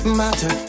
matter